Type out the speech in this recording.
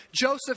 Joseph